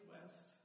West